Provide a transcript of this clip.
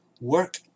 Work